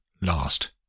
last